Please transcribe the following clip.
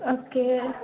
okay